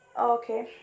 Okay